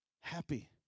Happy